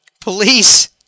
police